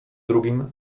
drugim